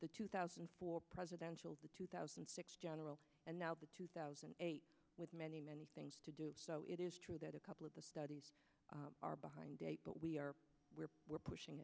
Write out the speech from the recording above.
the two thousand and four presidential the two thousand and six general and now the two thousand and eight with many many things to do so it is true that a couple of the studies are behind date but we are we're we're pushing